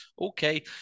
okay